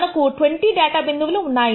మనకు 20 డేటా బిందువులు ఉన్నాయి